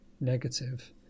negative